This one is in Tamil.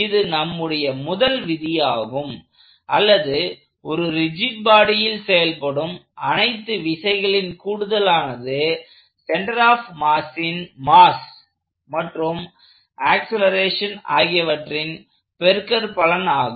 இது நம்முடைய முதல் விதியாகும் அல்லது ஒரு ரிஜிட் பாடியில் செயல்படும் அனைத்து விசைகளின் கூடுதலானது சென்டர் ஆப் மாஸின் மாஸ் மற்றும் ஆக்சலேரேஷன் ஆகியவற்றின் பெருக்கற்பலன் ஆகும்